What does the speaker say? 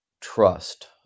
trust